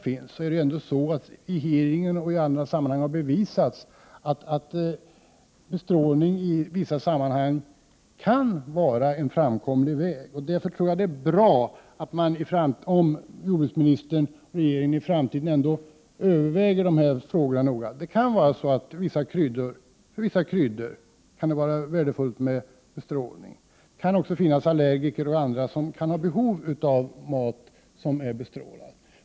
Men vid hearingar och i andra sammanhang har det visats att bestrålning i vissa fall kan vara en framkomlig väg. Därför tror jag att det är bra om jordbruksministern och regeringen i framtiden noga överväger frågorna. För vissa kryddor kan det vara värdefullt med bestrålning. Det kan också finnas allergiker som har behov av mat som är bestrålad.